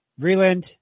Vreeland